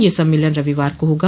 यह सम्मेलन रविवार को होगा